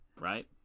Right